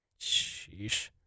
Sheesh